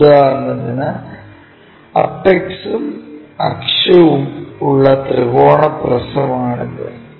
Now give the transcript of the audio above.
ഉദാഹരണത്തിന് അപെക്സ് ഉം അക്ഷവും ഉള്ള ത്രികോണ പ്രിസമാണിത്